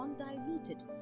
undiluted